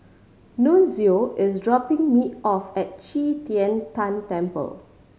Nunzio is dropping me off at Qi Tian Tan Temple